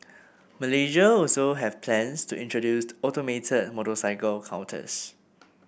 Malaysia also have plans to introduced automated motorcycle counters